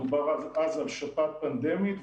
דובר אז על שפעת פנדמית,